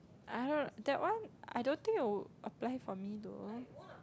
I heard that one I don't think would apply for me to like